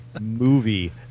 movie